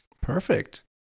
Perfect